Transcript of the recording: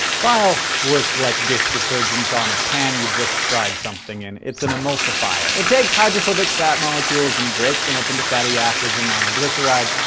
bile works like dish detergent on a pan you just fried something in it's an emulsifier. it takes hydrophobic fat molecules and breaks them up into fatty acids and monoglycerides,